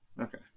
Okay